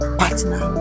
partner